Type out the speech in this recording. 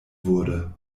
wurde